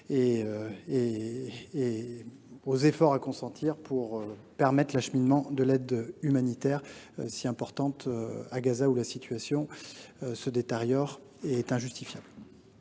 et sur les efforts à consentir pour permettre l’acheminement de l’aide humanitaire si importante à Gaza, où la situation est injustifiable